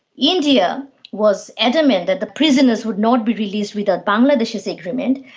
india was adamant that the prisoners would not be released without bangladesh's agreement,